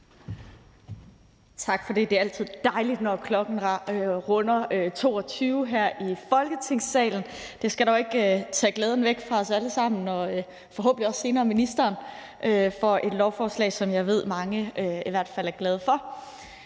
Tak for det. Det er altid dejligt, når klokken runder 22 her i Folketingssalen. Det skal dog ikke tage glæden væk fra os alle sammen – og forhåbentlig heller ikke ministeren senere – ved et lovforslag, som jeg ved mange i hvert fald er glade for.